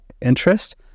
interest